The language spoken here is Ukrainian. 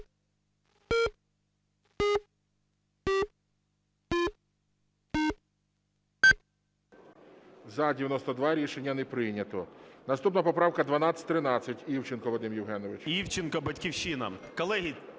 За-92 Рішення не прийнято. Наступна поправка 1213. Івченко Вадим Євгенович.